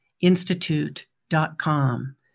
Institute.com